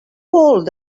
old